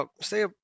say